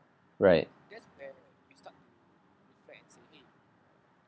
right